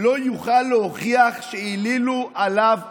לא יוכל להוכיח שהעלילו עליו עלילה?